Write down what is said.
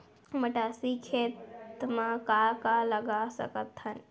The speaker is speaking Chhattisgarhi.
मटासी खेत म का का लगा सकथन?